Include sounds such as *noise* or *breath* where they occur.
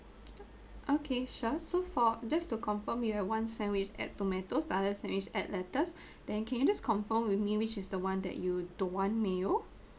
okay sure so for just to confirm you have one sandwich add tomatoes the other sandwich add lettuce *breath* then can you just confirm with me which is the one that you don't want mayo